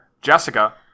Jessica